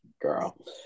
girl